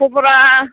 खब'रा